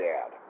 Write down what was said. Dad